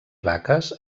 vaques